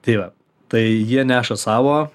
tai va tai jie neša savo